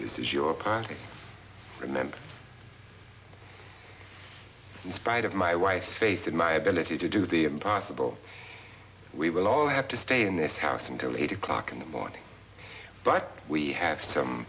this is your passion remember in spite of my wife's faith in my ability to do the impossible we will all have to stay in this house until eight o'clock in the morning but we have some